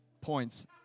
points